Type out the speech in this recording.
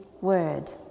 word